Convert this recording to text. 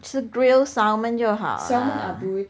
是 grill salmon 就好 ah